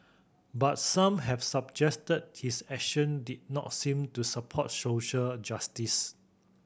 but some have suggested his action did not seem to support social justice